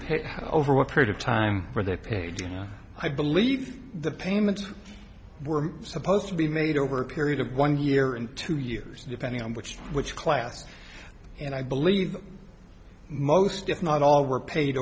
pick over what period of time for their page i believe the payments were supposed to be made over a period of one year in two years depending on which for which class and i believe most if not all were paid